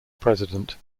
president